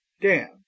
Dan